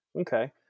Okay